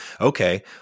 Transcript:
okay